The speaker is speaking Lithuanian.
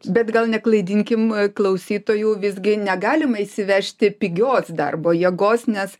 bet gal neklaidinkim klausytojų visgi negalima įsivežti pigios darbo jėgos nes